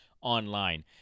online